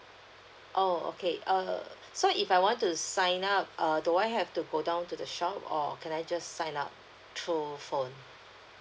oh okay err so if I want to sign up err do I have to go down to the shop or can I just sign up through phone